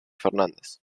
fernández